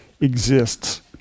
exists